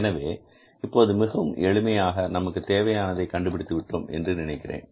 எனவே இப்போது மிகவும் எளிமையாக நமக்கு தேவையானதை கண்டுபிடித்து விட்டோம் என்று நினைக்கிறேன்